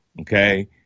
Okay